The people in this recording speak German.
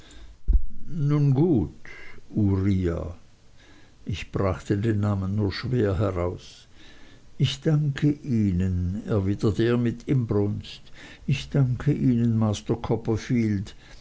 gut uriah ich brachte den namen nur schwer heraus ich danke ihnen erwiderte er mit inbrunst ich danke ihnen master copperfield